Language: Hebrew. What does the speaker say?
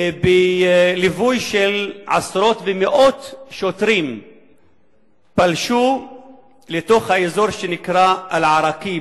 בליווי של עשרות ומאות שוטרים פלשו לתוך האזור שנקרא אל-עראקיב,